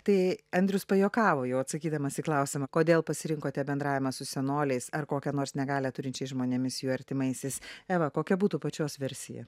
tai andrius pajuokavo jau atsakydamas į klausimą kodėl pasirinkote bendravimą su senoliais ar kokią nors negalią turinčiais žmonėmis jų artimaisiais eva kokia būtų pačios versija